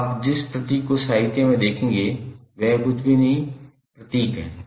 तो आप जिस प्रतीक को साहित्य में देखेंगे वह कुछ भी नहीं है प्रतीक है